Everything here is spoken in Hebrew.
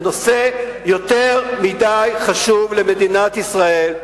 זה נושא יותר מדי חשוב למדינת ישראל,